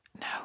No